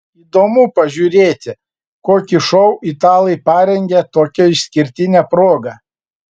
įdomu pažiūrėti kokį šou italai parengė tokia išskirtine proga